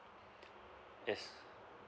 yes